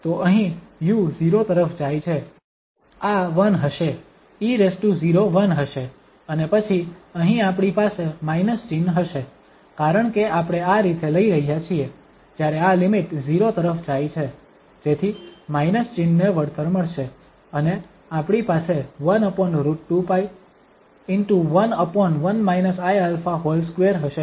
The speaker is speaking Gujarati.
તો અહીં u 0 તરફ જાય છે આ 1 હશે e0 1 હશે અને પછી અહીં આપણી પાસે માઇનસ ચિહ્ન હશે કારણકે આપણે આ રીતે લઈ રહ્યા છીએ જ્યારે આ લિમિટ 0 તરફ જાય છે જેથી માઇનસ ચિહ્નને વળતર મળશે અને આપણી પાસે 1√2π 1 1 iα2 હશે